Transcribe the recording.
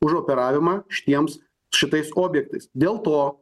už operavimą šitiems šitais objektais dėl to